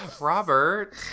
Robert